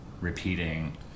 repeating